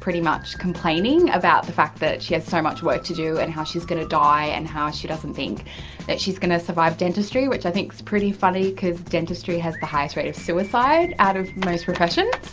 pretty much complaining about the fact that she has so much work to do and how she is going to die and how she doesn't think that she is going to survive dentistry, which i think is pretty funny, because dentistry has the highest rate of suicide out of most professions.